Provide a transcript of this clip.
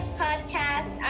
podcast